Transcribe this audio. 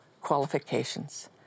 qualifications